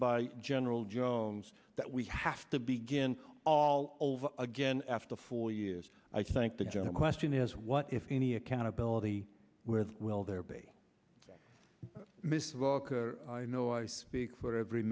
by general jones that we have to begin all over again after four years i think the general question is what if any accountability where will there be missed of all i know i speak for every